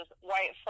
white